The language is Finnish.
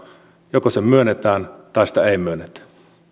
joko se myönnetään tai sitä ei myönnetä